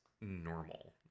normal